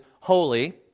holy